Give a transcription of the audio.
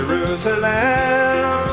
Jerusalem